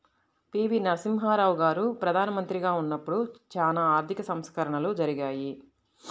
పి.వి.నరసింహారావు గారు ప్రదానమంత్రిగా ఉన్నపుడు చానా ఆర్థిక సంస్కరణలు జరిగాయి